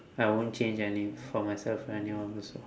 I won't change any for myself for anyone also